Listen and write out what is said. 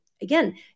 again